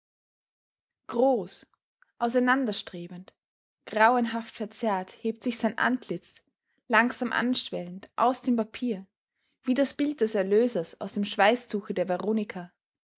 groß auseinanderstrebend grauenhaft verzerrt hebt sich sein antlitz langsam anschwellend aus dem papier wie das bild des erlösers aus dem schweißtuche der veronika